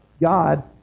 God